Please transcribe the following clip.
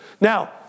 Now